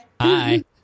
Hi